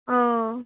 हूँ